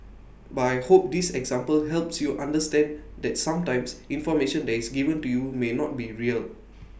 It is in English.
but I hope this example helps you understand that sometimes information that is given to you may not be real